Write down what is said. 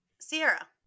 Sierra